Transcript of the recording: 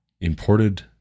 imported